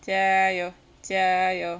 加油加油